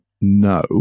no